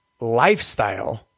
lifestyle